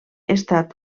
estat